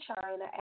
China